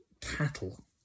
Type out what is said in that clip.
cattle